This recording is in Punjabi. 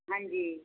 ਹਾਂਜੀ